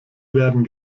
werden